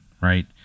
right